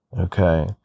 Okay